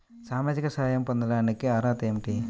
సామాజిక సహాయం పొందటానికి అర్హత ఏమిటి?